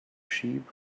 sheep